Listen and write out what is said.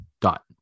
dot